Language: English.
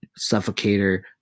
Suffocator